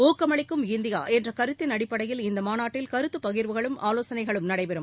ஊக்கமளிக்கும் இந்தியா என்ற கருத்தின் அடிப்படையில் இந்த மாநாட்டில் கருத்துப் பகிர்வுகளும் ஆலோசனைகளும் நடைபெறும்